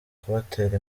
kubatera